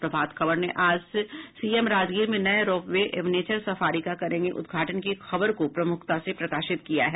प्रभात खबर ने आज सीएम राजगीर में नये रोप वे व नेचर सफारी का करेंगे उद्घाटन की खबर को प्रमुखता से प्रकाशित किया है